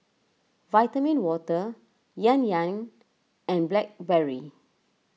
Vitamin Water Yan Yan and Blackberry